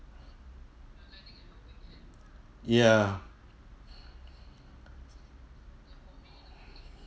ya